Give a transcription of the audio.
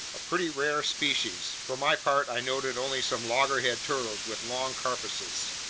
a pretty rare species. for my part, i noted only some loggerhead turtles with long carapaces